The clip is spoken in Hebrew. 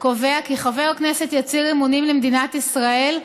קובע כי חבר כנסת יצהיר אמונים למדינת ישראל.